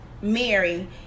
Mary